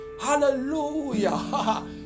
Hallelujah